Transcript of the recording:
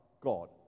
God